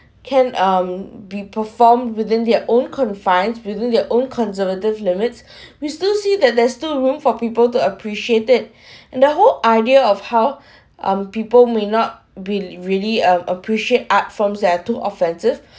can um be performed within their own confined within their own conservative limits we still see that there's still room for people to appreciate it and the whole idea of how um people may not be really uh appreciate art forms there too offensive